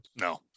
No